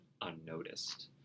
unnoticed